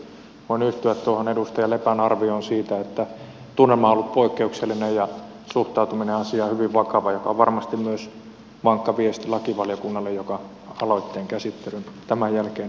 voin yhtyä tuohon edustaja lepän arvioon siitä että tunnelma on ollut poikkeuksellinen ja suhtautuminen asiaan hyvin vakava mikä on varmasti myös vankka viesti lakivaliokunnalle joka aloitteen käsittelyn tämän jälkeen aloittaa